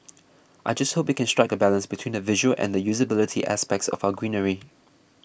I just hope we can strike a balance between the visual and the usability aspects of our greenery